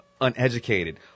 uneducated